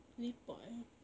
lepak eh